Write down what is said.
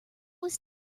was